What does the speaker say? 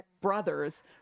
brothers